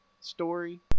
story